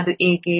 ಅದು ಏಕೆ